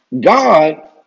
God